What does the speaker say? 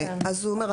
אז הוא אומר,